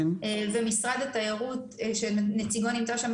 ומשרד התיירות שנציגו נמצא בדיון,